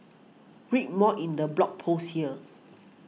read more in the blog post here